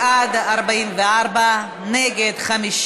מסדר-היום את הצעת חוק